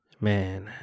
Man